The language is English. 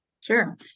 Sure